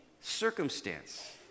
circumstance